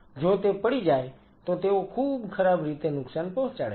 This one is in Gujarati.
જો તે પડી જાય તો તેઓ ખૂબ ખરાબ રીતે નુકસાન પહોંચાડે છે